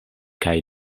kaj